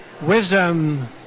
wisdom